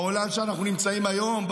בעולם שאנחנו מבקשים היום,